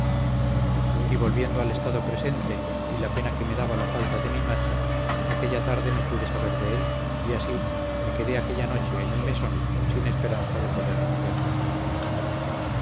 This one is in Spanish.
y volviendo al estado presente y la pena que me daba la falta de mi macho aquella tarde no pude saber de él y así me quedé aquella noche en el mesón sin esperanza de poderlo